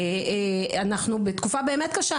ואנחנו בתקופה באמת קשה,